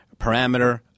Parameter